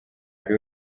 buri